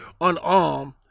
unarmed